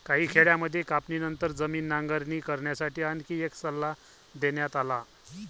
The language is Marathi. काही खेड्यांमध्ये कापणीनंतर जमीन नांगरणी करण्यासाठी आणखी एक सल्ला देण्यात आला